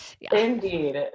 Indeed